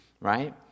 right